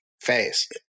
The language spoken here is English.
fast